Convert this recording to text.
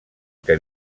que